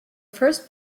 first